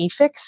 eFix